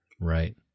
Right